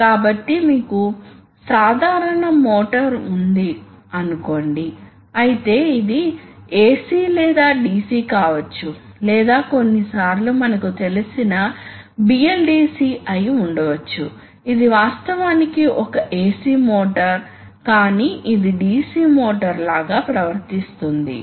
కాబట్టి ప్రారంభంలో టార్క్ తక్కువగా ఉంటుంది స్టాటిక్ ఫ్రిక్షన్ ఎక్కువగా ఉండటం వల్ల అందుబాటులో ఉన్న టార్క్ తక్కువగా ఉందని మీకు తెలుసు ఆపై కొంత సమయంలో ఇది స్టాటిక్ ఫ్రిక్షన్ తగ్గిస్తుంది కాబట్టి టార్క్ పెరుగుతుంది మరియు తరువాత కొన్నిసార్లు లినియర్ లేదా విస్కస్ ఫ్రిక్షన్ ఉంటుంది మరియు అధిక స్పీడ్ వద్ద మళ్ళీ మంచి మొత్తంలో టార్క్ ఫ్రిక్షన్ లో వృధా అవుతుంది